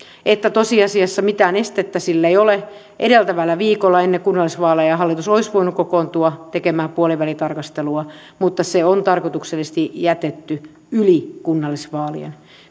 että tosiasiassa mitään estettä sille ei ole edeltävällä viikolla ennen kunnallisvaaleja hallitus olisi voinut kokoontua tekemään puolivälitarkastelua mutta se on tarkoituksellisesti jätetty yli kunnallisvaalien